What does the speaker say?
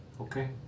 Okay